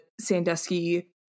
Sandusky